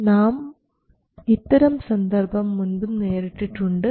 പക്ഷേ നാം ഇത്തരം സന്ദർഭം മുൻപും നേരിട്ടിട്ടുണ്ട്